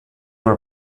were